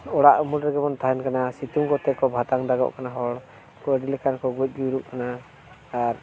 ᱚᱲᱟᱜ ᱩᱢᱩᱞ ᱨᱮᱜᱮ ᱵᱚᱱ ᱛᱟᱦᱮᱱ ᱠᱟᱱᱟ ᱥᱤᱛᱩᱝ ᱠᱚᱛᱮ ᱠᱚ ᱵᱷᱟᱯᱟᱱ ᱫᱟᱜᱚᱜ ᱠᱟᱱᱟ ᱦᱚᱲ ᱠᱚᱭᱮᱠ ᱞᱮᱠᱟ ᱠᱚ ᱜᱚᱡ ᱜᱩᱨᱩᱜ ᱠᱟᱱᱟ ᱟᱨ